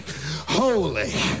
holy